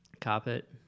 carpet